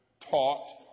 taught